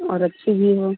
और अच्छी भी हो